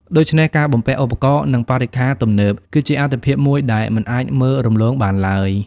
ដូច្នេះ ការបំពាក់ឧបករណ៍ និងបរិក្ខារទំនើប គឺជាអាទិភាពមួយដែលមិនអាចមើលរំលងបានឡើយ។